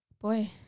boy